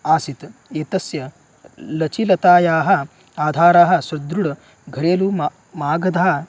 आसीत् एतस्य लचिलतायाः आधाराः सुदृढ घढेलु म माघध